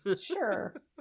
Sure